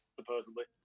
Supposedly